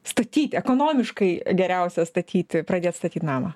statyti ekonomiškai geriausia statyti pradėt statyt namą